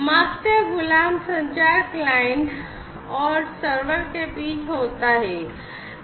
master गुलाम संचार client और सर्वर के बीच होता है